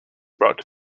brought